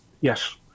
Yes